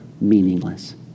meaningless